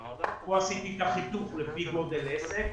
כאן עשיתי את החיתוך לפי גודל עסק.